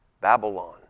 Babylon